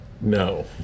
No